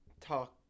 Talk